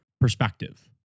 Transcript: Perspective